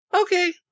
Okay